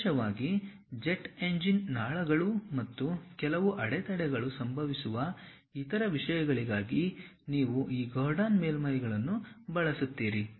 ವಿಶೇಷವಾಗಿ jet engine ನಾಳಗಳು ಮತ್ತು ಕೆಲವು ಅಡೆತಡೆಗಳು ಸಂಭವಿಸುವ ಇತರ ವಿಷಯಗಳಿಗಾಗಿ ನೀವು ಈ ಗಾರ್ಡನ್ ಮೇಲ್ಮೈಗಳನ್ನು ಬಳಸುತ್ತೀರಿ